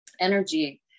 Energy